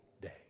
day